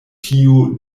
tiu